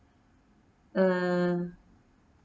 uh